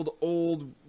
old